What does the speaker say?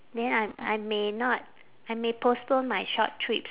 then I I may not I may postpone my short trips